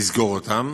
לסגור אותם,